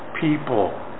people